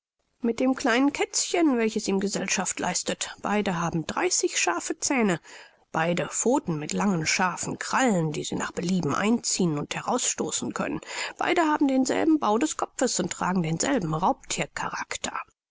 mit dem kleinen kätzchen welches ihm gesellschaft leistet beide haben dreißig scharfe zähne beide pfoten mit langen starken krallen die sie nach belieben einziehen und herausstoßen können beide haben denselben bau des kopfes und tragen denselben raubthiercharakter